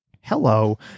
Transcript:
Hello